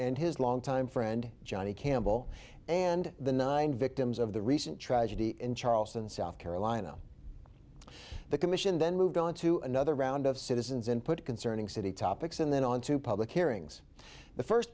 and his longtime friend johnny campbell and the nine victims of the recent tragedy in charleston south carolina the commission then moved on to another round of citizens input concerning city topics and then on to public hearings the first